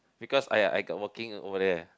because I I got working over there